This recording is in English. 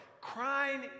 Crying